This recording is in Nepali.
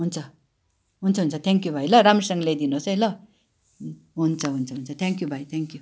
हुन्छ हुन्छ हुन्छ थ्याङ्कयू भाइ ल राम्रोसँग ल्याइदिनुहोस् है ल हुन्छ हुन्छ हुन्छ थ्याङ्कयू भाइ थ्याङ्कयू